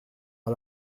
par